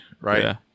right